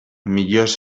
millors